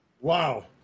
Wow